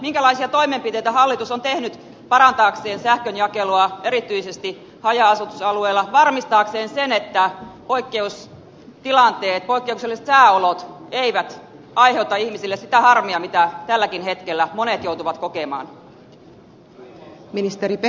minkälaisia toimenpiteitä hallitus on tehnyt parantaakseen sähkönjakelua erityisesti haja asutusalueilla varmistaakseen sen että poikkeustilanteet poikkeukselliset sääolot eivät aiheuta ihmisille sitä harmia mitä tälläkin hetkellä monet joutuvat kokemaan